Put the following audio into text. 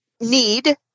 need